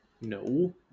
No